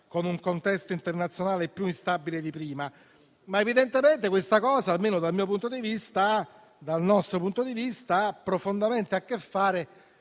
con un contesto internazionale più instabile di prima. Evidentemente questo, almeno dal nostro punto di vista, ha profondamente a che fare